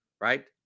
Right